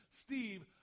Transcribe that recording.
Steve